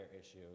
issues